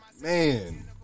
Man